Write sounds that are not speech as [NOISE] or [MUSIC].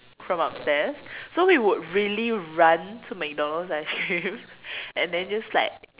from upstairs so we would really run to McDonald's ice cream [LAUGHS] and then just like